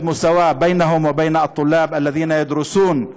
שיש שוויון ביניהם ובין הסטודנטים שלומדים בארץ.)